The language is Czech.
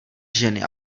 ženy